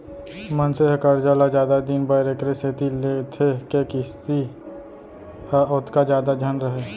मनसे ह करजा ल जादा दिन बर एकरे सेती लेथे के किस्ती ह ओतका जादा झन रहय